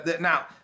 Now